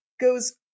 goes